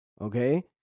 Okay